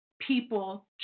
people